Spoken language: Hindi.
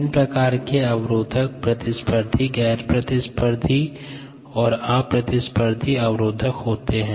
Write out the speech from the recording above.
तीन प्रकार के अवरोधक प्रतिस्पर्धी गैर प्रतिस्पर्धी और अप्रतिस्पर्धी अवरोधक होते है